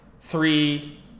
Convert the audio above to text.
Three